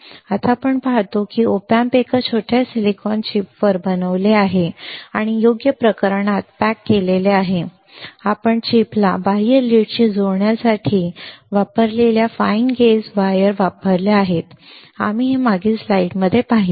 तर आता आपण पाहतो की हे ऑप अँप एका छोट्या सिलिकॉन चिपवर बनवलेले आहे आणि योग्य प्रकरणात पॅक केलेले आहे आपण चिपला बाह्य लीडशी जोडण्यासाठी वापरलेल्या फाइन गेज वायर वापरल्या आहेत आम्ही हे मागील स्लाइडमध्ये पाहिले आहे